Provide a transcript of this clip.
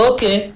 Okay